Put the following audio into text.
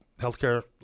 healthcare